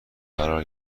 قرار